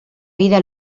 vida